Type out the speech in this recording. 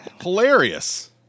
Hilarious